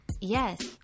yes